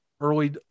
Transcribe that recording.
early